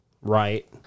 right